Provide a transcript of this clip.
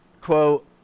quote